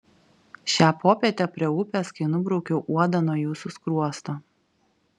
šią popietę prie upės kai nubraukiau uodą nuo jūsų skruosto